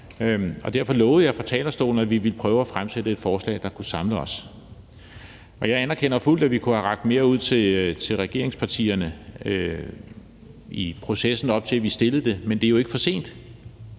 det oprindelige forslag – at vi ville prøve at fremsætte et forslag, der kunne samle os. Og jeg anerkender fuldt ud, at vi kunne have rakt mere ud til regeringspartierne i processen, op til at vi fremsatte det. Men det er jo ikke for sent,